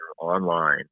online